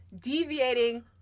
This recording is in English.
deviating